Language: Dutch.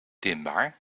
dimbaar